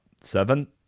seven